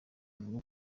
avuga